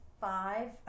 five